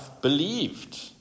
believed